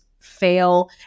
Fail